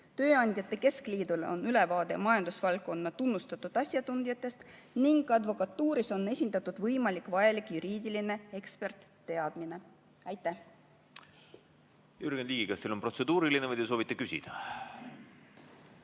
tööandjate keskliidul on ülevaade majandusvaldkonna tunnustatud asjatundjatest ning advokatuuris on esindatud võimalikult vajalik juriidiline eksperditeadmine. Jürgen Ligi, kas teil on protseduuriline või te soovite küsida?